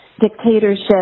dictatorship